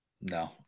no